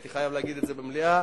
הייתי חייב להגיד את זה במליאה